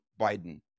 Biden